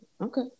okay